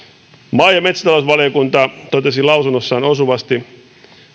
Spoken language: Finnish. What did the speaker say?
maa ja metsätalousvaliokunta totesi lausunnossaan osuvasti